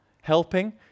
Helping